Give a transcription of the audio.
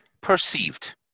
perceived